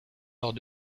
lors